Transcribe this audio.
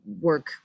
work